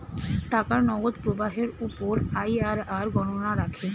টাকার নগদ প্রবাহের উপর আইআরআর গণনা রাখে